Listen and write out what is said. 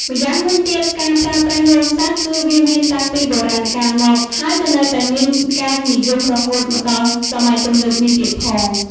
ម្យ៉ាងវិញទៀត ការប្រើប្រាស់រោមសត្វ គឺវាមានតាំងពីបុរាណកាលមក ហើយក៏នៅមានការនិយមរហូតមកដល់សម័យទំនើបនេះទៀតផង។